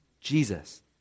Jesus